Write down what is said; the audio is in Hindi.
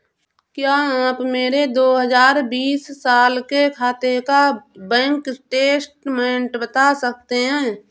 क्या आप मेरे दो हजार बीस साल के खाते का बैंक स्टेटमेंट बता सकते हैं?